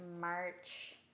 March